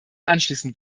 anschließen